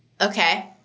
Okay